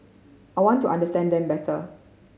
I want to understand them better